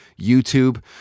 YouTube